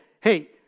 hey